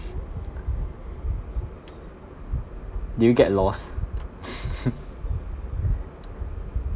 do you get lost